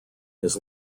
his